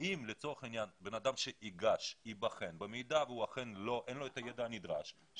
לצורך העניין בן אדם ייגש וייבחן ובמידה ואין לו את הידע הנדרש,